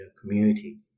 community